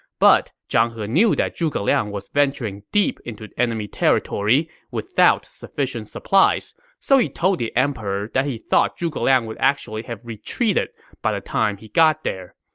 but zhang he knew that zhuge liang was venturing deep into enemy territory without sufficient supplies, so he told the emperor that he thought zhuge liang would actually have retreated by the time he got there.